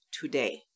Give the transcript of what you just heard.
today